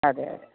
അതെ അതെ